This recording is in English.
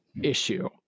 issue